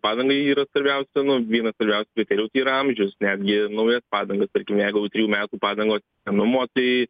padangai yra svarbiausia nu vienas svarbiausių kriterijų tai yra amžius netgi naujas padangas tarkim jeigu jau trijų metų padangos senumo tai